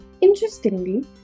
Interestingly